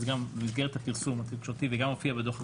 אז גם במסגרת הפרסום זה גם הופיע בדוח,